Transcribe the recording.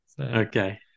okay